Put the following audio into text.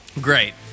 Great